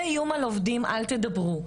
זה איום על עובדים לא לדבר.